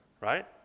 Right